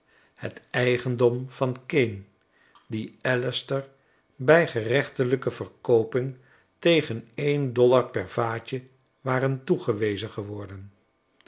het eigendom van kane die allister bij gerechtelijke verkooping tegen een dollar per vaatje waren toegewezen geworden